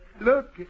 Look